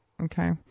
Okay